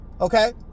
okay